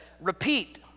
repeat